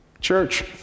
Church